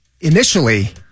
initially